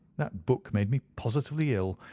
that book made me positively ill.